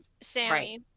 sammy